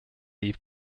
eve